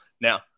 Now